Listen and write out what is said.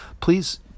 please